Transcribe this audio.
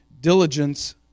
diligence